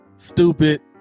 stupid